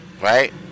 right